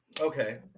Okay